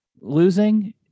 losing